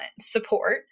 support